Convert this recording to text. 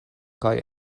kaj